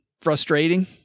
frustrating